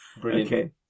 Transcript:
Brilliant